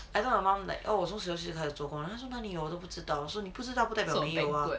I told my mom like oh 我十六岁出来做工 my mom was like 哪里有我都不知道我说你不知道不代表没有 ah